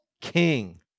king